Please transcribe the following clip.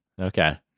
Okay